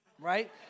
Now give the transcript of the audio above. right